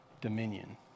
dominion